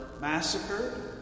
massacred